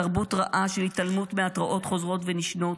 --- תרבות רעה --- של התעלמות מהתרעות חוזרות ונשנות,